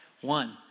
One